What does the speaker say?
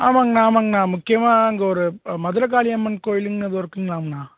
ஆமாங்ண்ணா ஆமாங்ண்ணா முக்கியமாக அங்கே ஒரு மதுரை காளியம்மன் கோவிலுங்னு எதோ இருக்குங்ளாம்ண்ணா